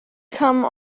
come